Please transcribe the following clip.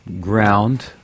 ground